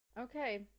Okay